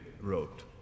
wrote